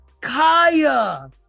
Kaya